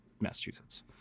Massachusetts